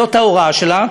זאת ההוראה שלה.